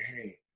Hey